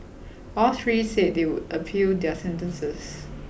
all three said they would appeal their sentences